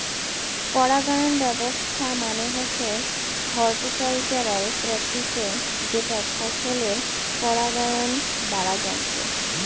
পরাগায়ন ব্যবছস্থা মানে হসে হর্টিকালচারাল প্র্যাকটিসের যেটা ফছলের পরাগায়ন বাড়াযঙ